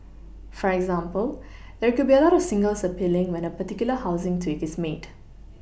for example there could be a lot of singles appealing when a particular housing tweak is made